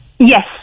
Yes